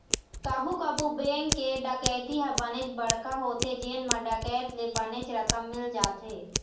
कभू कभू बेंक के डकैती ह बनेच बड़का होथे जेन म डकैत ल बनेच रकम मिल जाथे